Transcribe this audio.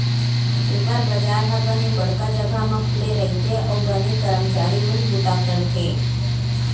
super बजार ह बने बड़का जघा म खुले रइथे अउ बने करमचारी मन बूता करथे